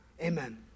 amen